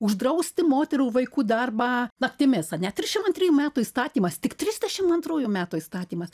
uždrausti moterų vaikų darbą naktimis ane trišim antrijų metų įstatymas tik trisdešim antrųjų metų įstatymas